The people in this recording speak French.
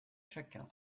chacun